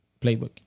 playbook